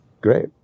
great